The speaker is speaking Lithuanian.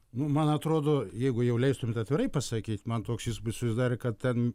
nu man atrodo jeigu jau leistumėt atvirai pasakyt man toks įspūdis susidarė kad ten